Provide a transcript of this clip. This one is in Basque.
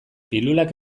pilulak